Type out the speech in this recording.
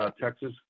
Texas